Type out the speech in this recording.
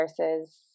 versus